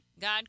God